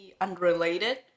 Unrelated